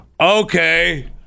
Okay